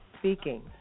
Speaking